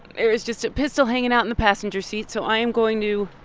there is just a pistol hanging out in the passenger seat. so i'm going to